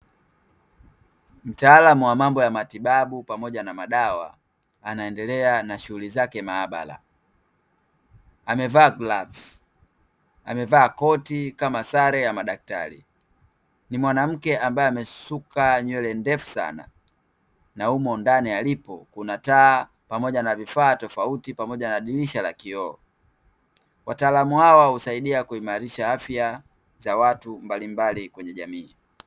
Mtaalamu wa mambo ya matibabu pamoja na madawa anaendelea na shughuli zake maabara. Amevaa glavusi, amevaa koti kama sare ya daktari. Ni mwanamke ambaye amesuka nywele ndefu sana, na humo ndani alipo kuna taa, pamoja na vifaa tofauti, pamoja na dirisha la kioo. Wataalamu hawa husaidia kuimarisha afya za watu mbalimbali kwenye jamii.